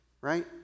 right